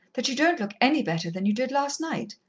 that you don't look any better than you did last night.